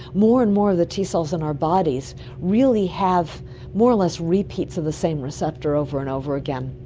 more and more of the t cells in our bodies really have more or less repeats of the same receptor over and over again.